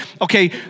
okay